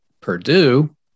Purdue